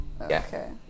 okay